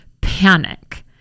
panic